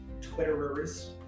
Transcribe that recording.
Twitterers